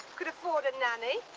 could afford a nanny.